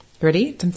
Ready